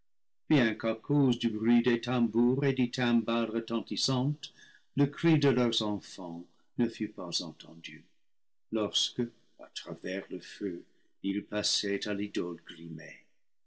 du bruit des tambours et des timbales retentissantes le cri de leurs enfants ne fût pas entendu lorsque à travers le feu ils passaient à l'idole